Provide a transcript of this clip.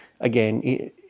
again